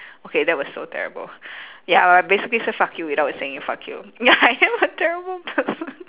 okay that was so terrible ya I basically say fuck you without saying fuck you I am a terrible person